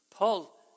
Paul